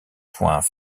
points